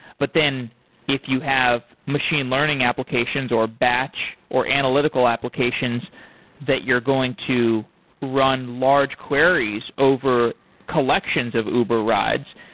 but then if you have machine learning applications or batch or analytical applications that you're going to run large queries over collections of uber rides,